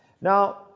Now